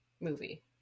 movie